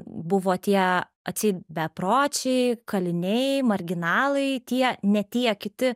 buvo tie atseit bepročiai kaliniai marginalai tie ne tiek kiti